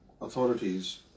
authorities